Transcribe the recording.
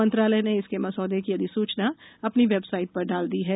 मंत्रालय ने इसके मसौदे की अधिसूचना अपनी वेबसाइट पर डाल दी है